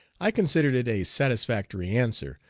i considered it a satisfactory answer,